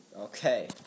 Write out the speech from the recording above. Okay